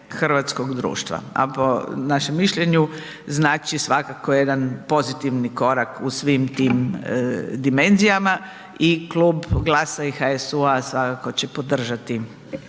hrvatskog društva, a po našem mišljenju, znači svakako jedan pozitivni korak u svim tim dimenzijama i Klub GLAS-a i HSU-a svakako će podržati